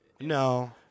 No